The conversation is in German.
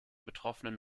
betroffenen